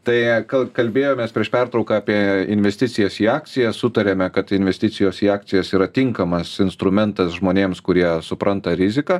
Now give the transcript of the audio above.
tai kal kalbėjomės prieš pertrauką apie investicijas į akcijas sutarėme kad investicijos į akcijas yra tinkamas instrumentas žmonėms kurie supranta riziką